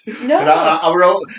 No